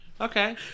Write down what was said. Okay